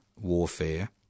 warfare